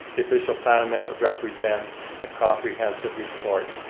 the official plan amendment represents a comprehensive report,